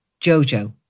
Jojo